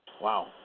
Wow